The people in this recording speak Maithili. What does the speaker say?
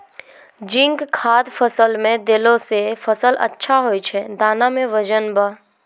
जिंक खाद फ़सल मे देला से फ़सल अच्छा होय छै दाना मे वजन ब